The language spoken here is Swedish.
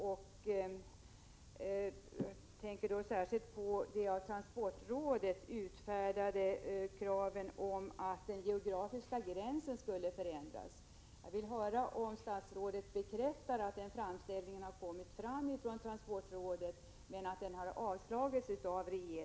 Vad jag tänker på är de av transportrådet framförda kraven på att den geografiska gränsdragningen skulle förändras. Vill statsrådet bekräfta att transportrådet gjort en framställning härom men att denna har avslagits?